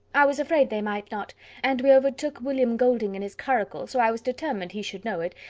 i was afraid they might not and we overtook william goulding in his curricle, so i was determined he should know it,